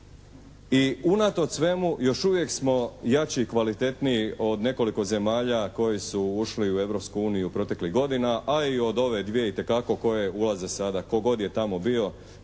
i unatoč svemu još uvijek smo jači i kvalitetniji od nekoliko zemalja koje su ušle u Europsku uniju u proteklih godina, a i od ove dvije itekako koje ulaze sada, tko god je tamo bio